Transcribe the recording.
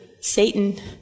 Satan